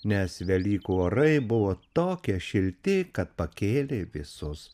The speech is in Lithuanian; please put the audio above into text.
nes velykų orai buvo tokie šilti kad pakėlė visus